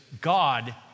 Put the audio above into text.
God